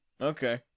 okay